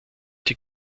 die